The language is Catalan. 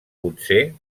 potser